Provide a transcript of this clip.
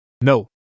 No